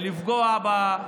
לכן,